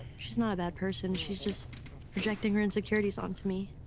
she's not a bad person, she's just projecting her insecurities onto me.